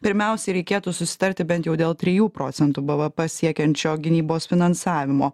pirmiausiai reikėtų susitarti bent jau dėl trijų procentų bvp siekiančio gynybos finansavimo